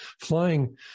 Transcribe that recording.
flying